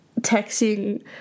texting